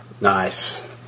Nice